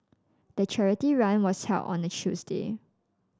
the charity run was held on a Tuesday